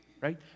right